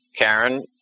Karen